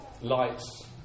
lights